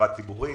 חברה ציבורית.